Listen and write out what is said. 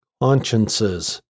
consciences